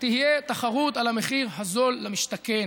תהיה תחרות על המחיר הנמוך למשתכן.